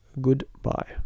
Goodbye